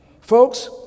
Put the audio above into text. Folks